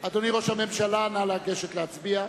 אדוני ראש הממשלה, נא ללכת להצביע.